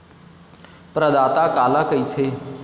प्रदाता काला कइथे?